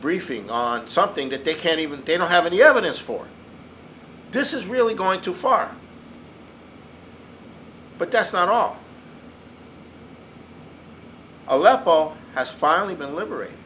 briefing on something that they can't even they don't have any evidence for this is really going too far but that's not all aleppo has finally been liberat